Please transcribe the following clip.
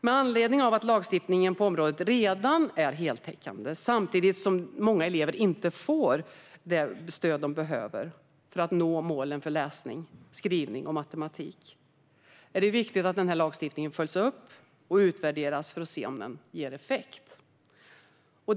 Med anledning av att lagstiftningen på området redan är heltäckande, samtidigt som många elever inte får det stöd de behöver för att nå målen för läsning, skrivning och matematik, är det viktigt att denna lagstiftning följs upp och utvärderas för att det ska gå att se om den ger effekt.